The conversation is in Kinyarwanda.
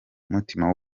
mutima